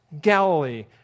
Galilee